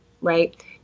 right